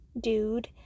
dude